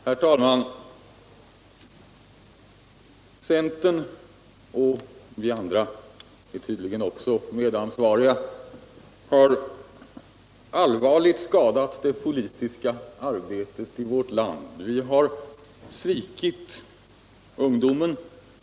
Herr talman! Centern — och även vi andra är tydligen medansvariga — har allvarligt skadat det politiska arbetet i vårt fand. Vi har svikit ungdomen.